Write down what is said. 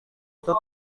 itu